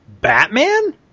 Batman